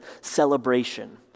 celebration